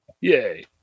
Yay